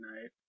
night